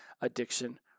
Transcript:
addiction